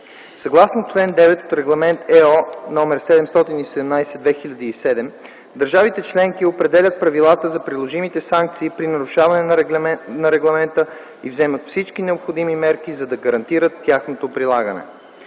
Съгласно чл. 9 от Регламент (ЕО) № 717/2007, държавите -членки определят правилата за приложимите санкции при нарушаване на регламента и вземат всички необходими мерки, за да гарантират тяхното прилагане.